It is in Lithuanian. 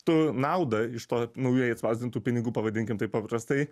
tu naudą iš to naujai atspausdintų pinigų pavadinkim taip paprastai